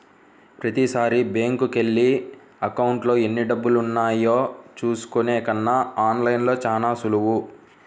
ప్రతీసారీ బ్యేంకుకెళ్ళి అకౌంట్లో ఎన్నిడబ్బులున్నాయో చూసుకునే కన్నా ఆన్ లైన్లో చానా సులువు